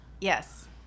Yes